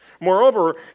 Moreover